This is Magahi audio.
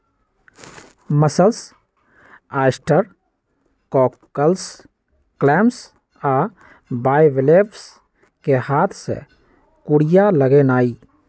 मसल्स, ऑयस्टर, कॉकल्स, क्लैम्स आ बाइवलेव्स कें हाथ से कूरिया लगेनाइ